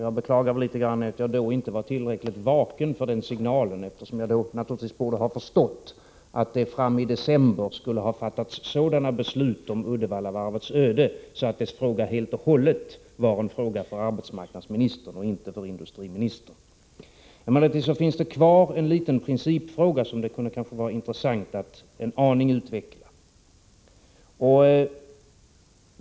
Jag beklagar litet grand att jag då inte var tillräckligt vaken för den signalen, eftersom jag då naturligtvis borde ha förstått att det fram i december skulle ha fattats sådana beslut om Uddevallavarvets öde att denna fråga helt och hållet var en fråga för arbetsmarknadsministern och inte för industriministern. Emellertid finns det kvar en liten principfråga som det kunde vara intressant att en aning utveckla.